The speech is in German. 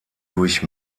durch